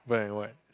black and white